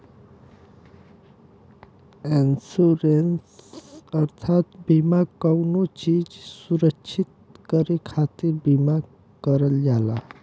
insurance अर्थात बीमा कउनो चीज सुरक्षित करे खातिर बीमा करल जाला